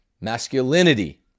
Masculinity